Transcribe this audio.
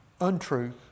Untruth